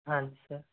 हाँ जी सर